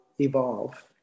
evolve